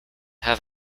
have